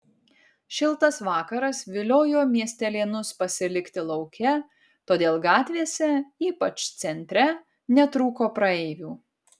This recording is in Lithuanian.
šiltas vakaras viliojo miestelėnus pasilikti lauke todėl gatvėse ypač centre netrūko praeivių